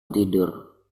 tidur